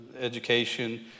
education